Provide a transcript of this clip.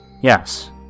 Yes